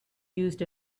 used